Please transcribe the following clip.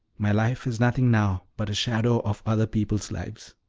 my life is nothing now but a shadow of other people's lives.